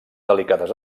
delicades